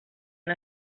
han